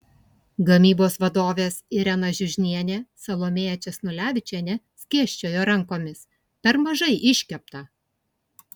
gamybos vadovės irena žiužnienė salomėja česnulevičienė skėsčiojo rankomis per mažai iškepta